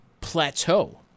plateau